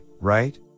right